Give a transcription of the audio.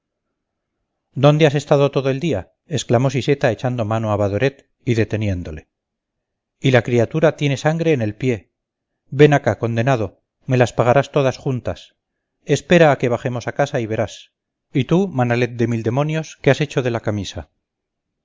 dónde has estado todo el día exclamó siseta echando mano a barodet y deteniéndole y la criatura tiene sangre en el pie ven acá condenado me las pagarás todas juntas espera a que bajemos a casa y verás y tú manalet de mil demonios qué has hecho de la camisa